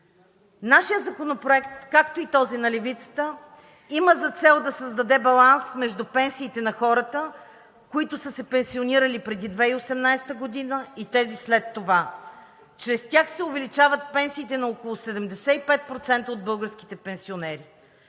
Нашият законопроект, както и този на Левицата, има за цел да създаде баланс между пенсиите на хората, които са се пенсионирали преди 2018 г., и тези след това. Чрез тях се увеличават пенсиите на около 75% от българските пенсионери.